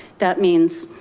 that means,